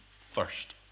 first